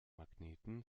magneten